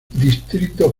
distrito